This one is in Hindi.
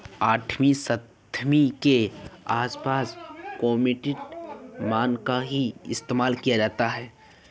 आठवीं शताब्दी के आसपास कोमोडिटी मनी का ही इस्तेमाल किया जाता था